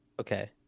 Okay